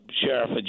Sheriff